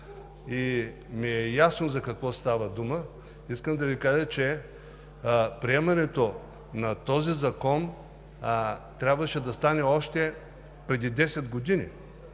и ми е ясно за какво става дума. Искам да Ви кажа, че приемането на този закон трябваше да стане още преди десет години